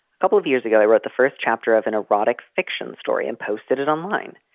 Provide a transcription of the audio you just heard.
a couple of years ago, i wrote the first chapter of an erotic fiction story and posted it online.